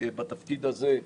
בתפקיד הזה,